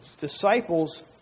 disciples